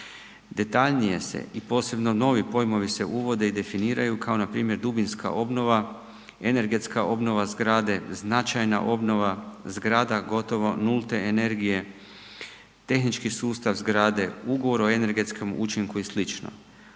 Detaljnije se i posebno novi pojmovi se uvode i definiraju kao npr. dubinska obnova, energetska obnova zgrade, značajna obnova zgrada, gotovo nulte energije, tehnički sustav zgrade, ugovor o energetskom učinku i